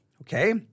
Okay